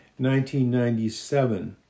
1997